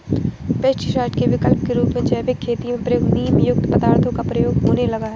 pesticide के विकल्प के रूप में जैविक खेती में प्रयुक्त नीमयुक्त पदार्थों का प्रयोग होने लगा है